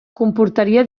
comportaria